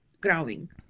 growing